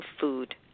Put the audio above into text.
food